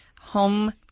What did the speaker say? Home